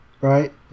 Right